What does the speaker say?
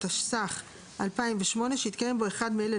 התשס"ח- 2008 שהתקיים בו אחד מאלה,